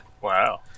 Wow